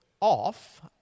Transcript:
off